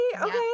Okay